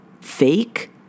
fake